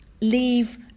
leave